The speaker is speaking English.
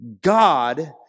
God